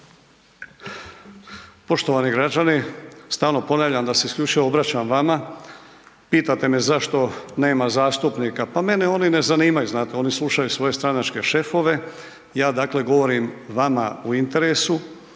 Poštovani građani. Stalno ponavljam da se isključivo obraćam vama, pitate me zašto nema zastupnika. Pa mene oni ne zanimaju znate, oni slušaju svoje stranačke šefove, ja dakle govorim vama u interesu